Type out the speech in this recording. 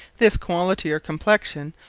this quality or complexion,